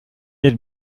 had